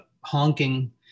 honking